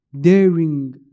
daring